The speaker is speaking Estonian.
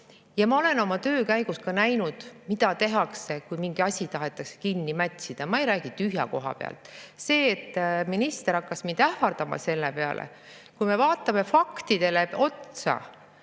Ma olen oma töö käigus ka näinud, mida tehakse, kui mingi asi tahetakse kinni mätsida. Ma ei räägi tühja koha pealt. Minister hakkas mind ähvardama selle peale. Kui me vaatame faktidele otsa,